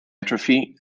atrophy